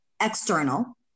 external